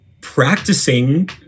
practicing